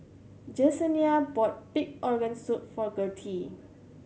Jesenia bought pig organ soup for Gertie